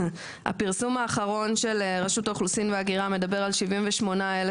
הפרסום האחרון של רשות האוכלוסין וההגירה מדבר על 78,000